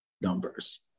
numbers